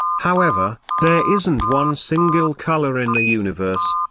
however, there isn't one single color in the universe.